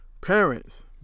parents